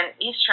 Eastern